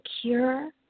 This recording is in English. secure